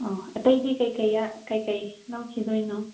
ꯑꯣ ꯑꯇꯩꯗꯤ ꯀꯔꯤ ꯀꯔꯤ ꯂꯧꯈꯤꯗꯣꯏꯅꯣ